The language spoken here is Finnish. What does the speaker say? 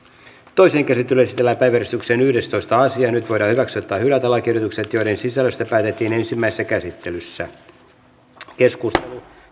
toiseen käsittelyyn esitellään päiväjärjestyksen yhdestoista asia nyt voidaan hyväksyä tai hylätä lakiehdotukset joiden sisällöstä päätettiin ensimmäisessä käsittelyssä keskustelu